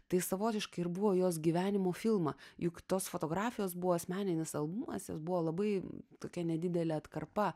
tai savotiškai ir buvo jos gyvenimo filma juk tos fotografijos buvo asmeninis albumas jis buvo labai tokia nedidelė atkarpa